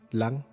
lang